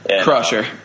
Crusher